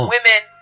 women